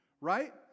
Right